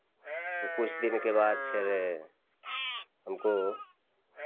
तो कुछ दिन के बाद फिर हमको